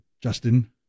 Justin